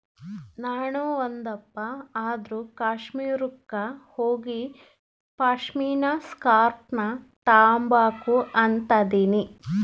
ನಾಣು ಒಂದಪ್ಪ ಆದ್ರೂ ಕಾಶ್ಮೀರುಕ್ಕ ಹೋಗಿಪಾಶ್ಮಿನಾ ಸ್ಕಾರ್ಪ್ನ ತಾಂಬಕು ಅಂತದನಿ